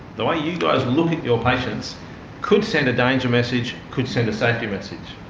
the way you guys look at your patients could send a danger message could send a safety message.